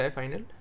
final